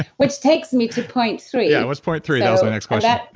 which takes me to point three what's point three? that was my next question